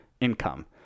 income